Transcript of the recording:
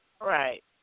Right